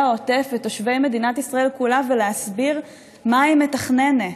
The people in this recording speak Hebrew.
העוטף ותושבי מדינת ישראל כולה ולהסביר מה היא מתכננת?